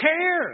care